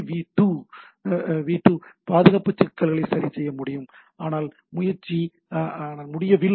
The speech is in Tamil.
வி2 பாதுகாப்பு சிக்கல்களை சரிசெய்ய வேண்டும் ஆனால் முயற்சி ஆனால் முடியவில்லை